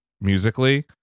musically